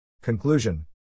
Conclusion